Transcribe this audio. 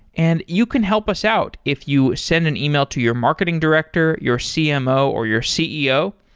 and you can help us out if you send an email to your marketing director, your cmo or your ceo.